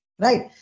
right